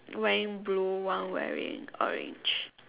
wearing blue one wearing orange